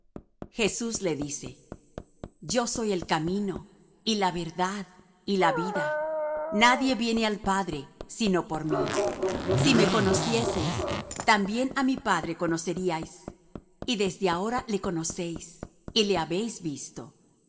jesús le dice yo soy el camino y la verdad y la vida nadie viene al padre sino por mí si me conocieseis también á mi padre conocierais y desde ahora le conocéis y le habéis visto